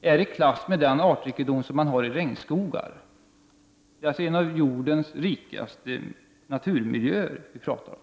är i klass med den artrikedom som finns i regnskogar. Det är en av jordens rikaste naturmiljöer vi talar om.